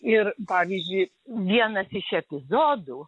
ir pavyzdžiui vienas iš epizodų